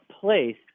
place